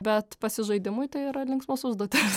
bet pasižaidimui tai yra linksmos užduotys